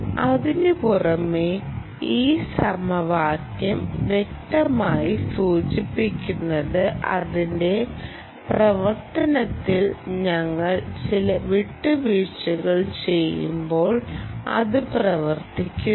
അതിനുപുറമെ ഈ സമവാക്യം വ്യക്തമായി സൂചിപ്പിക്കുന്നത് അതിന്റെ പ്രവർത്തനത്തിൽ ഞങ്ങൾ ചില വിട്ടുവീഴ്ചകൾ ചെയ്യുമ്പോൾ അത് പ്രവർത്തിക്കുന്നു